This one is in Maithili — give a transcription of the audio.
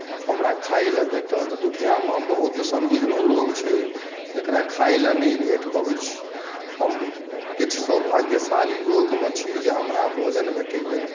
हमरा खाय लेल भेटल दुनियाँमे बहुत सन लोक एहनो छै जेकरा खाय लेल नहि भेट पबै छै हम किछु सौभाग्यशाली लोकमे छी जे हमरा भोजन भेटैया